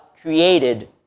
created